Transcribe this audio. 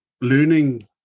learning